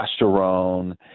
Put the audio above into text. testosterone